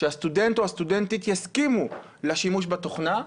שהסטודנט או הסטודנטית יסכימו לשימוש בתוכנה,